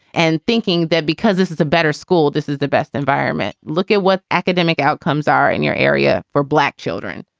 and thinking that because this is a better school, this is the best environment. look at what academic outcomes are in your area for black children,